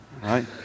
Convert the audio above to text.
right